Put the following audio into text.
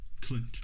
Clint